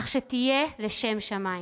אך שתהיה לשם שמיים.